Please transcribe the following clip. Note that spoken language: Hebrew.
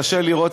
קשה לראות,